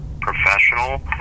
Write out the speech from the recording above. professional